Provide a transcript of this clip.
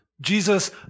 Jesus